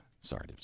sorry